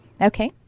Okay